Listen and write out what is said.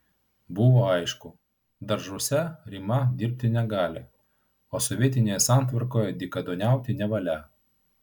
buvo aišku daržuose rima dirbti negali o sovietinėje santvarkoje dykaduoniauti nevalia